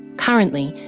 currently,